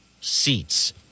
Seats